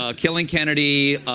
um killing kennedy,